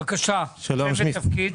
בבקשה, שם ותפקיד.